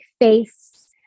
face